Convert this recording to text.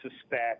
suspect